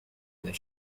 there